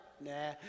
nah